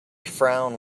frown